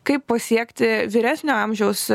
kaip pasiekti vyresnio amžiaus